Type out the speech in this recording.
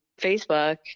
Facebook